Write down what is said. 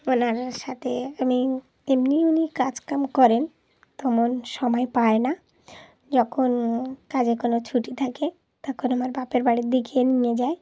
ওনার সাথে আমি এমনি উনি কাজকাম করেন তোমন সময় পায় না যখন কাজে কোনো ছুটি থাকে তখন আমার বাপের বাড়ির দিকে নিয়ে যায়